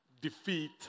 defeat